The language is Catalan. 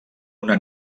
una